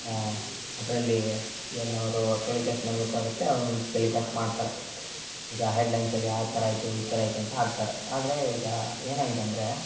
ಅದರಲ್ಲಿ ಏನವರು ಟೆಲಿಕಾಸ್ಟ್ ಮಾಡಬೇಕಾಗತ್ತೆ ಅವ್ರು ಟೆಲಿಕಾಸ್ಟ್ ಮಾಡ್ತಾರೆ ಈಗ ಹೆಡ್ಲೈನ್ಸಲ್ಲಿ ಆ ಥರ ಆಯಿತು ಈ ಥರ ಆಯಿತು ಅಂತ ಹಾಕ್ತಾರೆ ಆದರೆ ಈಗ ಏನಾಗಿದೆ ಅಂದರೆ